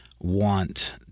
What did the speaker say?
want